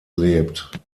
lebt